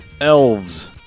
Elves